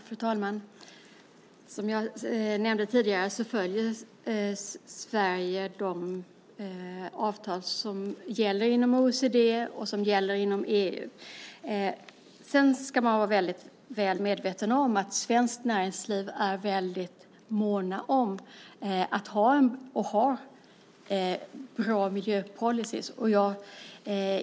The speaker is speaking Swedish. Fru talman! Som jag nämnde tidigare följer Sverige de avtal som gäller inom OECD och EU. Man ska också vara väl medveten om att man inom svenskt näringsliv är väldigt mån om att ha, och har, bra miljöpolicyer.